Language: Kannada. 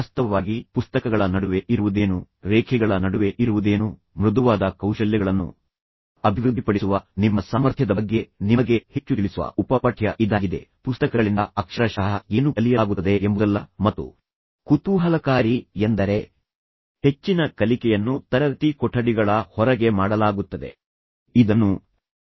ವಾಸ್ತವವಾಗಿ ಪುಸ್ತಕಗಳ ನಡುವೆ ಇರುವುದೇನು ರೇಖೆಗಳ ನಡುವೆ ಇರುವುದೇನು ಮೃದುವಾದ ಕೌಶಲ್ಯಗಳನ್ನು ಅಭಿವೃದ್ಧಿಪಡಿಸುವ ನಿಮ್ಮ ಸಾಮರ್ಥ್ಯದ ಬಗ್ಗೆ ನಿಮಗೆ ಹೆಚ್ಚು ತಿಳಿಸುವ ಉಪ ಪಠ್ಯ ಇದಾಗಿದೆ ಪುಸ್ತಕಗಳಿಂದ ಅಕ್ಷರಶಃ ಏನು ಕಲಿಯಲಾಗುತ್ತದೆ ಎಂಬುದಲ್ಲ ಮತ್ತು ಕುತೂಹಲಕಾರಿ ಎಂದರೆ ಹೆಚ್ಚಿನ ಕಲಿಕೆಯನ್ನು ತರಗತಿ ಕೊಠಡಿಗಳ ಹೊರಗೆ ಮಾಡಲಾಗುತ್ತದೆ ಹೆಚ್ಚಿನ ಕಲಿಕೆಯನ್ನು ತರಗತಿಗಳ ಹೊರಗೆ ಮಾಡಲಾಗುತ್ತದೆ